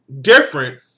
different